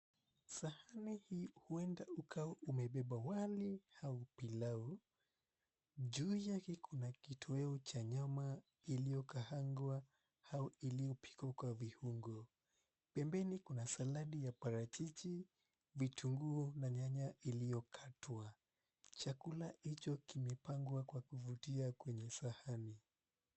Sahani hii huenda ukawa umebeba wali au pilau. Juu yake kuna kitoweo cha nyama iliyokaaangwa au iliyopikwa kwa viungo. Pembeni kuna saladi ya parachichi, vitunguu na nyanya iliyokatwa. Chakula hicho kimepangwa kwa kuvutia kwenye sahani.